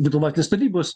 diplomatinės tarnybos